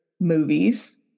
movies